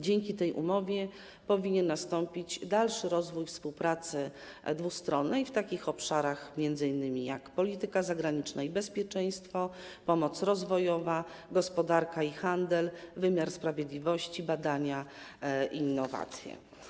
Dzięki tej umowie powinien nastąpić dalszy rozwój współpracy dwustronnej m.in. w takich obszarach, jak polityka zagraniczna i bezpieczeństwo, pomoc rozwojowa, gospodarka i handel, wymiar sprawiedliwości, badania i innowacje.